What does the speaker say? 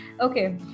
okay